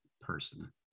person